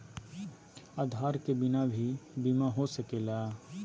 आधार के बिना भी बीमा हो सकले है?